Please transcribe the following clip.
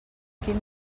quin